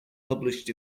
published